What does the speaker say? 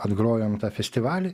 atgrojom tą festivalį